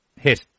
hit